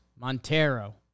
Montero